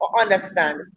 understand